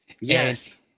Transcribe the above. Yes